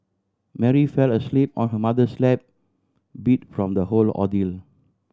Mary fell asleep on her mother's lap beat from the whole ordeal